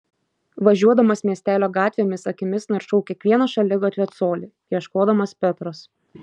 važiuodamas miestelio gatvėmis akimis naršau kiekvieną šaligatvio colį ieškodamas petros